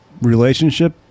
relationship